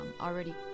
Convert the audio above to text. already